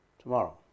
tomorrow